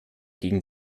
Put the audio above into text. gegen